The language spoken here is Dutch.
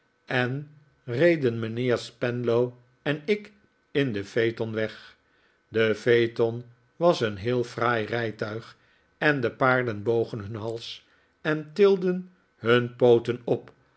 en reden mijnheer spenlow en ik in den phaeton weg de phaeton was een heel fraai rijtuig en de paarden bogen hun hals en tilden hun pooten op